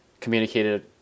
communicated